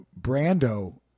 Brando